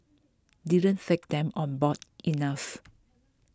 didn't take them on board enough